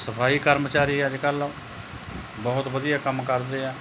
ਸਫਾਈ ਕਰਮਚਾਰੀ ਅੱਜ ਕੱਲ੍ਹ ਬਹੁਤ ਵਧੀਆ ਕੰਮ ਕਰਦੇ ਆ